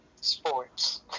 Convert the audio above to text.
sports